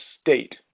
state